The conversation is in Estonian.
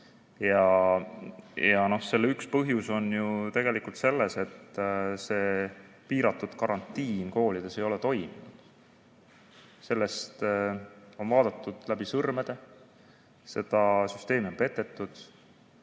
Selle üks põhjus on ju tegelikult selles, et piiratud karantiin koolides ei ole toiminud. Sellele on vaadatud läbi sõrmede. Seda süsteemi on petetud.